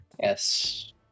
Yes